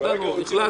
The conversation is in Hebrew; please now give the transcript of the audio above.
ויש פה